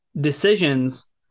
decisions